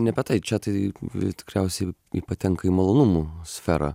ne apie tai čia tai tikriausiai ji patenka į malonumų sferą